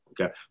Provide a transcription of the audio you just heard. Okay